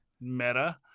meta